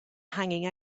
hanging